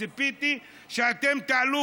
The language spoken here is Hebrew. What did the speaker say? ציפיתי שאתם תעלו,